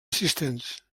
assistents